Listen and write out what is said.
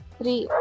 three